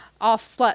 Off